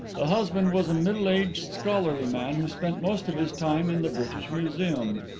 the husband was a middle-aged, scholarly man who spent most of his time in the british museum.